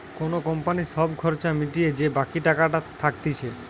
কোন কোম্পানির সব খরচা মিটিয়ে যে বাকি টাকাটা থাকতিছে